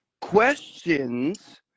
Questions